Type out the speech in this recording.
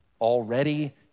already